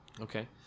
Okay